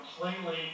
completely